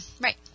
right